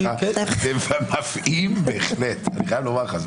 זה מפעים בהחלט, אני חייב לומר לך.